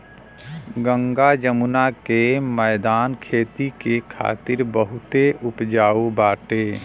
गंगा जमुना के मौदान खेती करे खातिर बहुते उपजाऊ बाटे